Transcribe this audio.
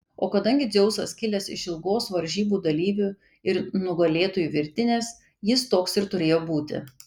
o kadangi dzeusas kilęs iš ilgos varžybų dalyvių ir nugalėtojų virtinės jis toks ir turėjo būti